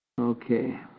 Okay